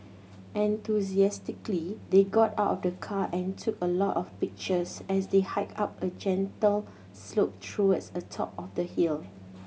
enthusiastically they got out of the car and took a lot of pictures as they hiked up a gentle slope towards the top of the hill